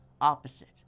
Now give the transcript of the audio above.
opposite